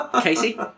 Casey